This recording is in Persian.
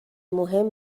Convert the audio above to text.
مهم